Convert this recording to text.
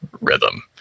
rhythm